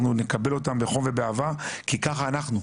אנחנו נקבל אותם בחום ובאהבה כי ככה אנחנו,